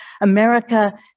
America